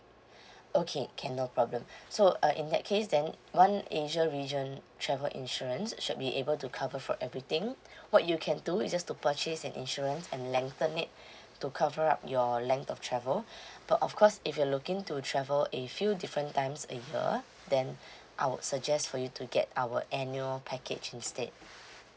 okay can no problem so uh in that case then one asia region travel insurance should be able to cover for everything what you can do is just to purchase an insurance and lengthen it to cover up your length of travel but of course if you're looking to travel a few different times a year then I would suggest for you to get our annual package instead